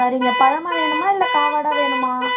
சரிங்க பழமாக வேணுமா இல்லை காவேடாக வேணுமா